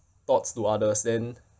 thoughts to others then